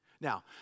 Now